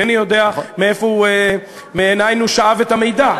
אינני יודע מנין הוא שאב את המידע.